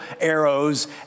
arrows